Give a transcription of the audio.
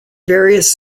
various